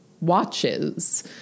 watches